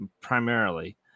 primarily